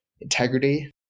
integrity